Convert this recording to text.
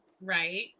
Right